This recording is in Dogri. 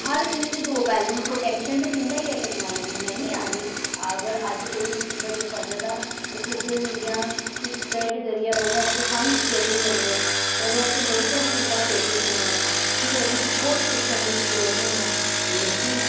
हर चीज़ दे दो पैह्लू न प्रोटेक्शन ते दिंदा ई ऐ टेक्नोलॉजी में निं आखदी अगर अज्ज कोई मुसीबत च फसे दा सोशल मीडिया च स्प्रेड करियै ओह्दे आस्तै फंड्स क्रिएट होई जंदे न ओह्दे आस्तै बड़ी सारी चीज़ां क्रिएट होई जंदियां फ्ही ओह्दा स्पोर्ट सिस्टम इक क्रिएट होंदा लेकिन